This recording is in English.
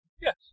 Yes